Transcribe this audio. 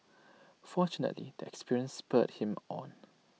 fortunately the experience spurred him on